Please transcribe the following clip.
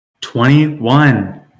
Twenty-one